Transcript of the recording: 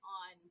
on